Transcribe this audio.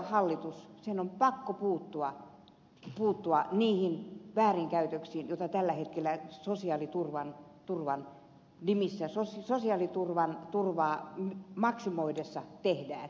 tulevan hallituksen on pakko puuttua niihin väärinkäytöksiin joita tällä hetkellä sosiaaliturvan tulvan willy serassa sosiaaliturvan sosiaaliturvaa maksimoidessa tehdään